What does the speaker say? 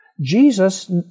Jesus